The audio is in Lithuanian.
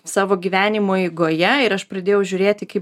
savo gyvenimo eigoje ir aš pradėjau žiūrėti kaip